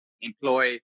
employ